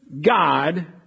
God